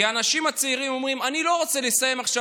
כי האנשים הצעירים אומרים: אני לא רוצה לסיים עכשיו